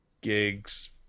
gigs